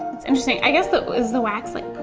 it's interesting, i guess though, is the wax like